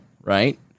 right